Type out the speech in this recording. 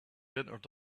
entered